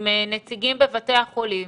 עם נציגים בבתי החולים